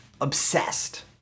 obsessed